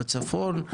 בצפון,